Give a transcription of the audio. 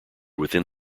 within